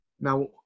now